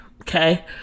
Okay